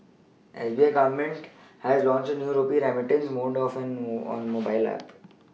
S B I Government has launched a new rupee remittance mode on mobile app